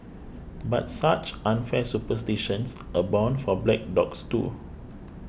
but such unfair superstitions abound for black dogs too